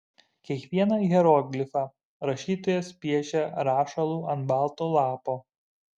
kiekvieną hieroglifą rašytojas piešia rašalu ant balto lapo